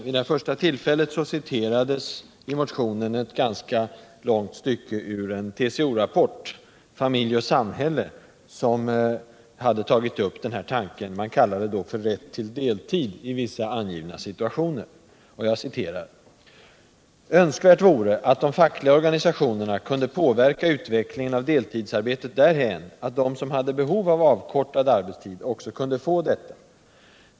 Vid det första tillfället citerades i motionen ett ganska långt stycke ur den TCO rapport, Familj och samhälle, som hade tagit upp en tanke, som man kallade ”rätt till deltid i vissa angivna suuationer”. ”Önskvärt vore att de fackliga organisationerna kunde påverka utvecklingen av deltidsarbetet därhän, att de som hade behov av uvkortad arbetstid också kunde få deta.